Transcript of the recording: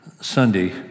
Sunday